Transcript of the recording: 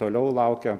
toliau laukia